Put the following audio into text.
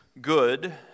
good